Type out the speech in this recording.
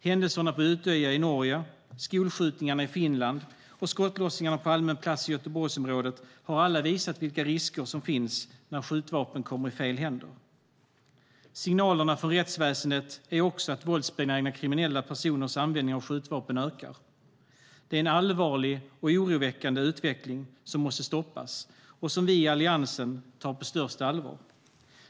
Händelserna på Utøya i Norge, skolskjutningarna i Finland och skottlossningarna på allmän plats i Göteborgsområdet har alla visat vilka risker som finns när skjutvapen kommer i fel händer. Signalerna från rättsväsendet är också att våldsbenägna kriminella personers användning av skjutvapen ökar. Det är en allvarlig och oroväckande utveckling som måste stoppas och som vi i Alliansen tar på största allvar.